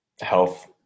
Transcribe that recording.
health